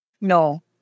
No